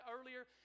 earlier